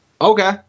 Okay